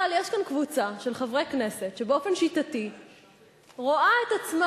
אבל יש כאן קבוצה של חברי כנסת שבאופן שיטתי רואה את עצמה